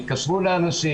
התקשרו לאנשים.